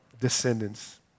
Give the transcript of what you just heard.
descendants